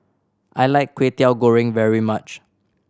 I like Kway Teow Goreng very much